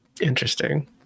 Interesting